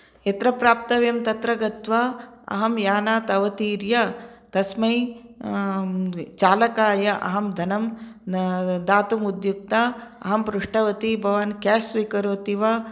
यत्र प्राप्तव्यं तत्र गत्त्वा अहं यानात् अवतीर्य तस्मै चालकाय अहं धनं दातुमुद्युक्ता अहं पृष्टवती भवान् केश् स्वीकरोति वा